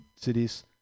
cities